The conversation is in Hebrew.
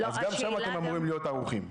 אז גם שם אתם אמורים להיות ערוכים.